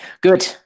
Good